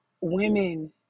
women